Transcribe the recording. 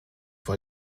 vor